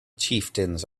chieftains